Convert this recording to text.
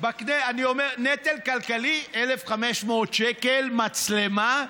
נטל כלכלי, 1,500 שקל מצלמה.